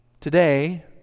Today